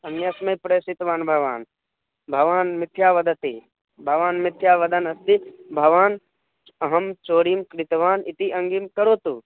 अन्यस्मै प्रेषितवान् भवान् भवान् मिथ्या वदति भवान् मिथ्या वदन् अस्ति भवान् अहं चौर्यं कृतवान् इति अङ्गीं करोतु